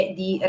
di